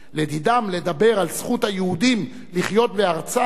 לדידם, לדבר על זכות היהודים לחיות בארצם,